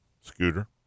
Scooter